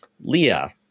leah